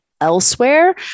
elsewhere